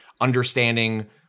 understanding